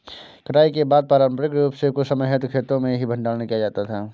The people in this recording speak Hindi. कटाई के बाद पारंपरिक रूप से कुछ समय हेतु खेतो में ही भंडारण किया जाता था